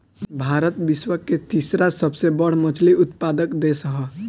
भारत विश्व के तीसरा सबसे बड़ मछली उत्पादक देश ह